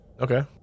Okay